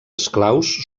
esclaus